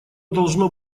должно